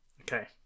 Okay